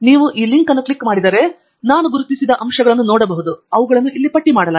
ನೀವು ಈ ಲಿಂಕ್ ಅನ್ನು ಕ್ಲಿಕ್ ಮಾಡಿದರೆ ಈಗ ನಾವು ಗುರುತಿಸಿದ ಆ ಅಂಶಗಳನ್ನು ನೋಡಬಹುದು ಮತ್ತು ಅವುಗಳನ್ನು ಇಲ್ಲಿ ಪಟ್ಟಿ ಮಾಡಲಾಗಿದೆ